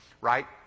right